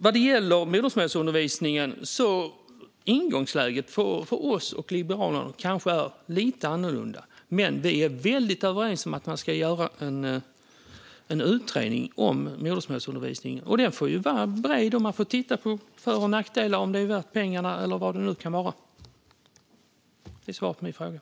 Vad gäller modersmålsundervisningen är ingångslägena för oss och Liberalerna kanske lite olika, men vi är väldigt överens om att man ska göra en utredning om modersmålsundervisningen. Den får vara bred, och man får titta på fördelar och nackdelar för att se om det är värt pengarna och så vidare. Det är svaret på frågan.